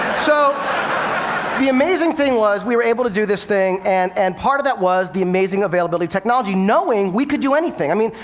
so the amazing thing was, we were able to do this thing. and and part of that was the amazing availability of technology, knowing we could do anything. i mean,